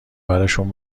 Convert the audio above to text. برشون